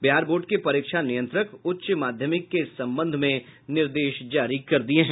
Bihar board के परीक्षा नियंत्रक उच्च माध्यमिक के इस संबंध में निर्देश जारी कर दिये हैं